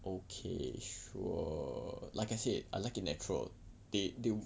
okay sure like I said I like it natural they they